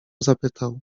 zapytał